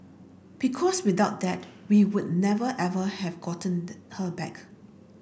because without that we would never ever have gotten the her back